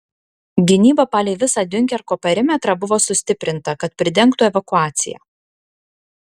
gynyba palei visą diunkerko perimetrą buvo sustiprinta kad pridengtų evakuaciją